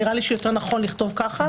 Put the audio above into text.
נראה לי שיותר נכון לכתוב ככה.